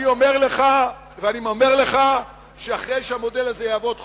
אני אומר לך, אחרי שהמודל הזה יעבוד חודש,